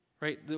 Right